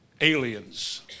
aliens